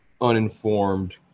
uninformed